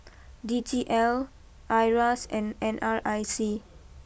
D T L Iras and N R I C